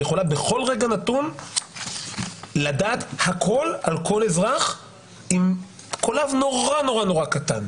ויכולה בכל רגע נתון לדעת הכל על כל אזרח עם קולב נורא קטן,